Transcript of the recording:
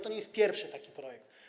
To nie jest pierwszy taki projekt.